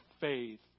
faith